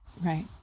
Right